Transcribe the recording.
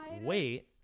wait